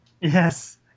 Yes